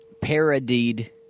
parodied